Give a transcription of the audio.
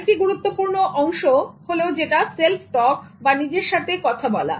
আরেকটি গুরুত্বপূর্ণ অংশ হলও self talk বা নিজের সাথে কথা বলা